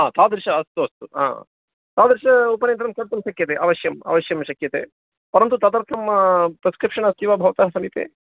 हा तादृशम् अस्तु अस्तु हा तादृशम् उपनेत्रं कर्तुं शक्यते अवश्यम् अवश्यं शक्यते परन्तु तदर्थं प्रिस्क्रिप्शन् अस्ति वा भवतः समीपे